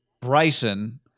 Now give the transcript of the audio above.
Bryson